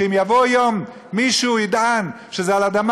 שאם יבוא יום ומישהו יטען שזה על אדמה